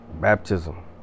baptism